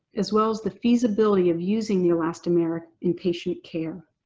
as well as the feasibility of using the elastomeric in patient care.